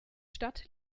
stadt